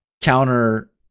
counter